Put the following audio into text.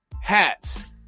hats